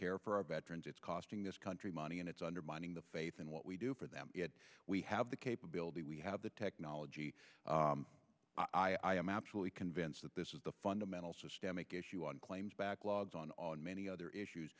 care for our veterans it's costing this country money and it's undermining the faith in what we do for them we have the capability we have the technology i am absolutely convinced that this is the fundamental systemic issue on claims backlogs on on many other issues